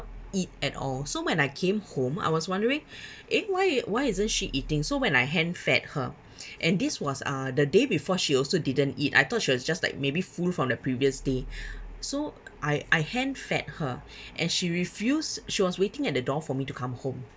eat at all so when I came home I was wondering eh why why isn't she eating so when I hand fed her and this was uh the day before she also didn't eat I thought she was just like maybe full from the previous day so I I hand fed her and she refused she was waiting at the door for me to come home